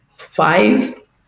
five